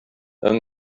yng